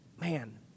man